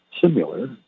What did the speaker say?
Similar